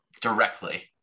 directly